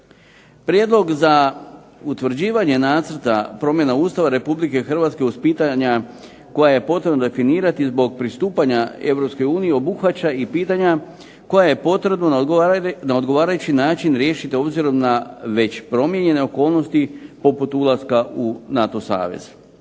Prijedlog za utvrđivanje nacrta promjena Ustava Republike Hrvatske uz pitanja koja je potrebno definirati zbog pristupanja Europskoj uniji obuhvaća i pitanja koja je potrebno na odgovarajući način riješiti obzirom na već promijenjene okolnosti poput ulaska u NATO savez.